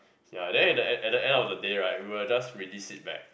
ya then at the at the end of day right we will just release it back